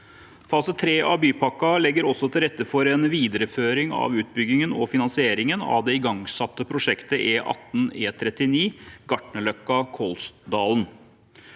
Fase 3 av bypakken legger også til rette for en videreføring av utbyggingen og finansieringen av det igangsatte prosjektet E18/E39 Gartnerløkka–Kolsdalen.